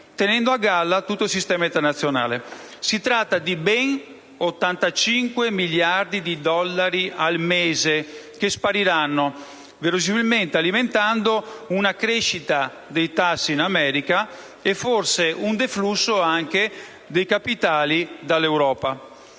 tenendo a galla tutto il sistema internazionale. Si tratta di ben 85 miliardi di dollari al mese che spariranno, alimentando verosimilmente una crescita dei tassi in America e forse un deflusso dei capitali dall'Europa.